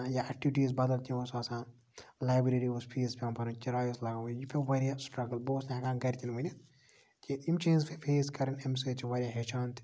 یہِ اٮ۪کٹِوٹیٖز بدل تہِ اوس آسان لایبریری اوس فیٖس پیوان بَرُن کِراے ٲس لگان یہِ پیوو واریاہ سٔٹرَگٔل بہٕ اوسُس نہٕ ہٮ۪کان گرِکین ؤنِتھ کیٚنٛہہ یِم چیٖز فیس کرٕنۍ اَمہِ سۭتۍ چھِ ہیٚچھان تہِ